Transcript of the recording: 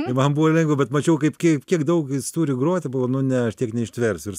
tai man buvo lengva bet mačiau kaip kaip kiek daug jis turi groti buvo nu ne tiek neištversiu ir